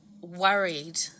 worried